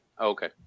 okay